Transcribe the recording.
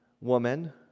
woman